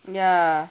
ya